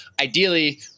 ideally